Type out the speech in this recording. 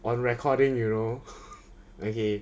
on recording you know okay